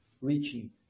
reaching